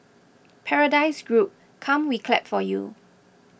Paradise Group come we clap for you